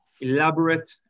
elaborate